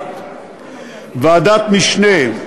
ומשפט ועדת משנה,